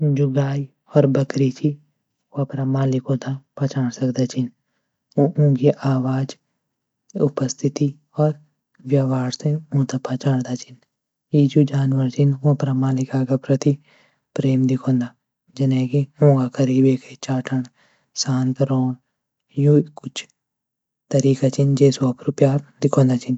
जो गाय और बकरी छ व अपरा मालिक नि पेहचानी सकदा. वो उनकी आवाज, उपस्थिति और व्यव्हार ता पेहचानदा छन. ही जो जानवर छन अपरा मालिका की प्रति प्यार दिखोंदा. जन की वो करीब एकी चेतना, शांत रोऊँ यो कुछ तरिका छन जेसी प्यार दिखोंद छन.